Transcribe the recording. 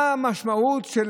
מה המשמעות של